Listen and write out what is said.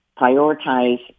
prioritize